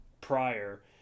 prior